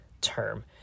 term